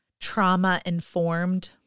trauma-informed